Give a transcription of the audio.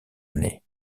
année